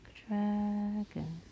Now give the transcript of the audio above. dragon